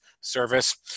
service